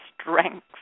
strength